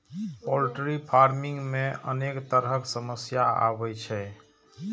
poultry farming मे अनेक तरहक समस्या आबै छै